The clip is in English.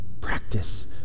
practice